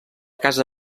casa